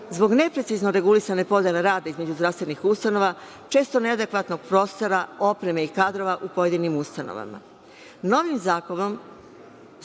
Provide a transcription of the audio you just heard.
zbog neprecizno regulisane podele rada između zdravstvenih ustanova, često neadekvatnog prostora, opreme i kadrova u pojedinim ustanovama. Novim zakonom